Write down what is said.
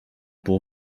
pour